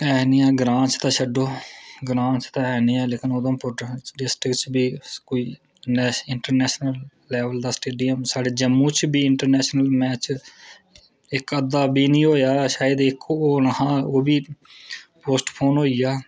ऐ निं ऐ ग्रांऽ च ते छड्डो ग्रांऽ च ते ऐ निं ऐ लेकिन उधमपुर डिस्ट्रिक्ट च बी कोई नेशनल इंटरनेशनल लेवल दा स्टेडियम साढ़े जम्मू च बी कोई इंटर नेशनल मैच इक अद्धा बी निं होया शायद इक होना हा ओह् बी निं होआ पोस्टपोन होइया